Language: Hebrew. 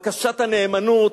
בקשת הנאמנות